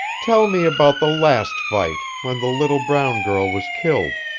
tell me about the last fight, when the little brown girl was killed,